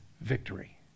victory